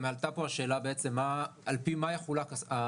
גם עלתה פה השאלה על פי מה יחולק הסכום,